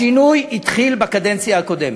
השינוי התחיל בקדנציה הקודמת,